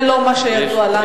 זה לא מה שידוע לנו.